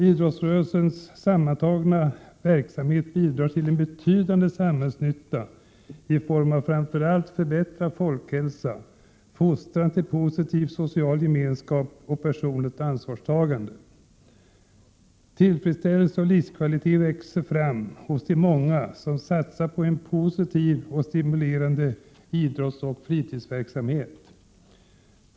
Idrottsrörelsens sammantagna verksamhet bidrar till en betydande samhällsnytta i form av framför allt förbättrad folkhälsa, fostran till positiv social gemenskap och personligt ansvarstagande. Tillfredsställelse och livskvalitet växer fram hos de många som satsar på en positiv och stimulerande idrottsoch fritidsverksamhet.